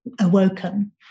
awoken